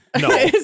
no